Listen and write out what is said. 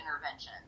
interventions